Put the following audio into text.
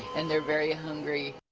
and they're very hungry.